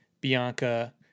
Bianca